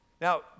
Now